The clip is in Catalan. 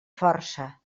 força